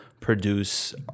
produce